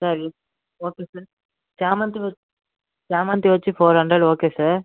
sir okay sir చామంతి వ చామంతి వచ్చి ఫోర్ హండ్రడ్ ఓకే సార్